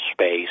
space